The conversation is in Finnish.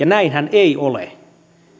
näinhän ei ole